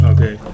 Okay